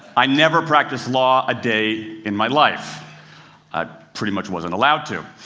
i never practiced law a day in my life i pretty much wasn't allowed to.